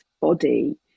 body